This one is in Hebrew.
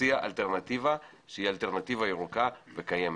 תציע אלטרנטיבה שהיא אלטרנטיבה ירוקה וקיימת.